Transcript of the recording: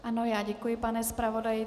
Ano, já děkuji, pane zpravodaji.